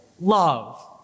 love